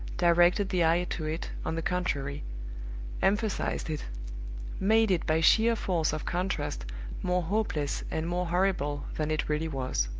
directed the eye to it, on the contrary emphasized it made it by sheer force of contrast more hopeless and more horrible than it really was.